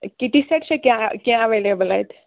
کِٹی set چھا کیٚنٛہہ کیٚنٛہہ ایویلیبٕل اَتہِ